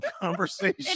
conversation